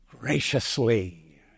graciously